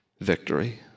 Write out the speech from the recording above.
victory